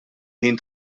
ħin